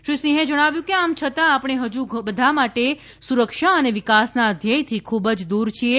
શ્રી સિંઘે જણાવ્યું હતું કે આમ છતાં આપણે હજુ બધા માટે સુરક્ષા અને વિકાસ ના ધ્યેયથી ખૂબ જ દૂર છીએ